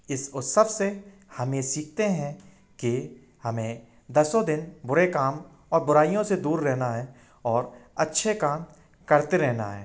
इस उत्सव से हम ये सीखते हैं कि हमें दसों दिन बुरे काम और बुराइयों से दूर रहना है और अच्छे काम करते रहना है